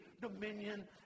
dominion